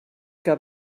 que